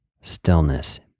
stillness